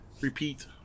repeat